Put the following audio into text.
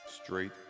Straight